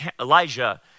Elijah